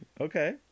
okay